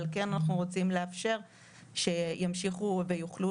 אבל כן אנחנו רוצים לאפשר שימשיכו ויוכלו